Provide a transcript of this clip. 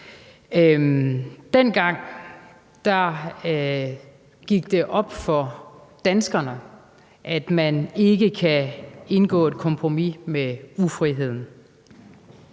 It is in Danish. Dengang gik det op for danskerne, at man ikke kan indgå et kompromis med ufriheden.